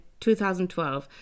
2012